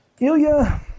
Ilya